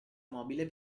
mobile